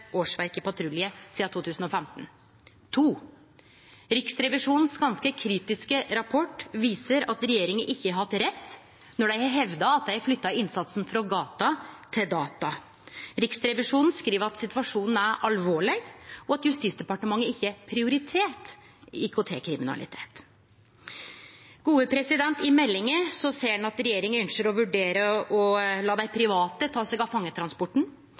årsverk i patrulje sidan 2015 – to! Riksrevisjonens ganske kritiske rapport viser at regjeringa ikkje har hatt rett når dei har hevda at dei har flytta innsatsen frå gata til data. Riksrevisjonen skriv at situasjonen er alvorleg, og at Justisdepartementet ikkje har prioritert IKT-kriminalitet. I meldinga ser ein at regjeringa ønskjer å vurdere å la private ta seg av fangetransporten.